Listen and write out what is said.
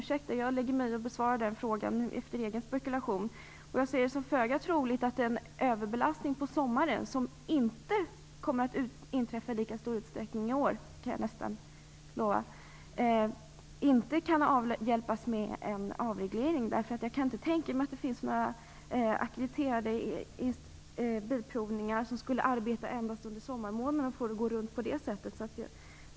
Ursäkta att jag lägger mig i den frågan och besvarar den efter egen spekulation. Jag ser det som föga troligt att överbelastningen på sommaren, som inte kommer att inträffa i lika stor utsträckning i år - det kan jag nästan lova, skulle avhjälpas med en avreglering. Jag kan inte tänka mig att det finns några ackrediterade bilprovningar som skulle arbeta endast under sommarmånaderna och få det att gå runt på det sättet.